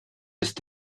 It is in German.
ist